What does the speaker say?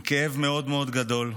עם כאב מאוד מאוד גדול.